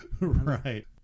Right